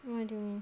what you do mean